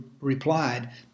replied